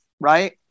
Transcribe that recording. right